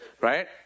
right